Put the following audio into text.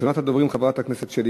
מס' 2682,